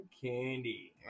candy